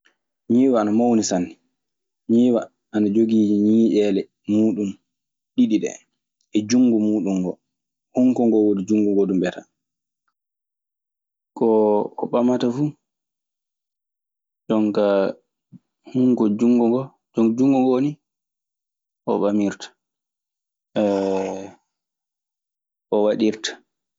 Ñiiwa ana mawni sanne, ñiwa ana jogii ñiinƴeele muuɗum ɗiɗi ɗee e junngo muuɗum ngoo. Hunko koo woni junngo ngoo duu mbiya taa. Koo ko ɓamataa fu jon ka, jonkaa hunko junngo ngoo, junngo ngoo ni o ɓamirta o waɗirta.